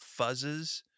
fuzzes